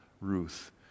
Ruth